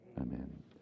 Amen